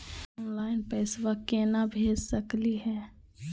Online पैसवा केना भेज सकली हे?